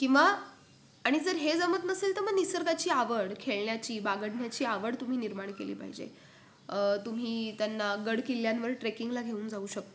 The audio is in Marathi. किंवा आणि जर हे जमत नसेल तर मग निसर्गाची आवड खेळण्याची बागडण्याची आवड तुम्ही निर्माण केली पाहिजे तुम्ही त्यांना गडकिल्ल्यांवर ट्रेकिंगला घेऊन जाऊ शकता